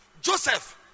Joseph